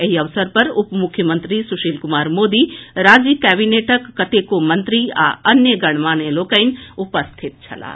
एहि अवसर पर उप मुख्यमंत्री सुशील कुमार मोदी राज्य कैबिनेटक कतेको मंत्री आ अन्य गणमान्य लोकनि उपस्थित छलाह